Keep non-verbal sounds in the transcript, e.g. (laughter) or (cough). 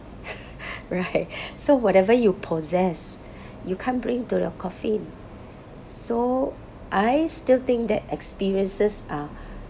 (laughs) right so whatever you possess (breath) you can't bring to your coffin so I still think that experiences are